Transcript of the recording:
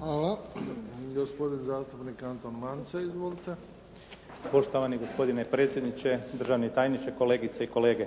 Hvala. Gospodin zastupnik Anton Mance. Izvolite. **Mance, Anton (HDZ)** Poštovani gospodine predsjedniče, državni tajniče, kolegice i kolege.